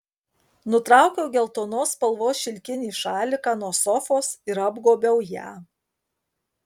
nutraukiau geltonos spalvos šilkinį šaliką nuo sofos ir apgobiau ją